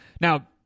Now